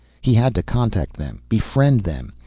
he had to contact them, befriend them.